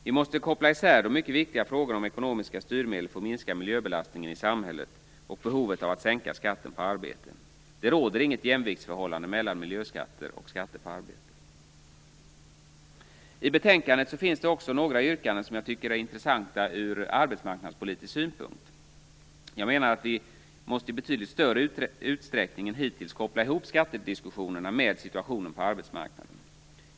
Vi måste koppla isär de mycket viktiga frågorna om ekonomiska styrmedel för att minska miljöbelastningen i samhället och behovet av att sänka skatten på arbete. Det råder inget jämviktsförhållande mellan miljöskatter och skatter på arbete. Det finns några yrkanden i betänkandet som jag tycker är intressanta ur arbetsmarknadspolitisk synpunkt. Jag menar att vi i betydligt större utsträckning än hittills måste koppla ihop skattediskussionerna med situationen på arbetsmarknaden.